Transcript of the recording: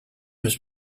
was